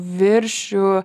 virš jų